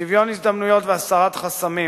שוויון הזדמנויות והסרת חסמים